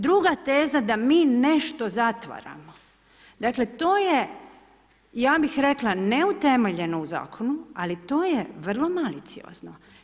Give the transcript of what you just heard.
Druga teza da mi nešto zatvaramo, dakle to je ja bih neutemeljeno u Zakonu, ali to je vrlo maliciozno.